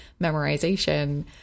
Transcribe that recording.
memorization